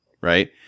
right